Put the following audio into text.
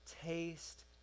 taste